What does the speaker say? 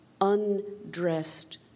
undressed